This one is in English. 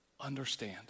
understand